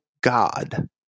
God